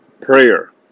prayer